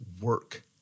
work